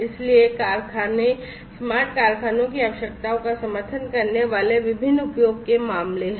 इसलिए कारखाने स्मार्ट कारखाने की आवश्यकताओं का समर्थन करने वाले विभिन्न उपयोग के मामले है